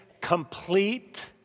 complete